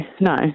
no